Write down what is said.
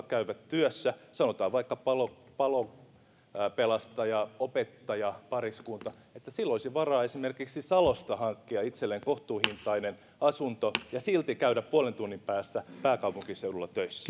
käyvät työssä sanotaan vaikka palopelastaja opettaja pariskunnalla olisi varaa esimerkiksi salosta hankkia itselleen kohtuuhintainen asunto ja silti käydä puolen tunnin päässä pääkaupunkiseudulla töissä